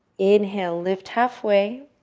inhale. lift halfway,